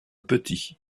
petit